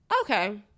okay